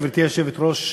גברתי היושבת-ראש,